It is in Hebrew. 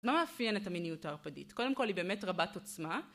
מה מאפיין את המיניות הערפדית? קודם כל היא באמת רבת עוצמה.